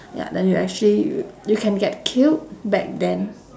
ya then you actually y~ you can get killed back then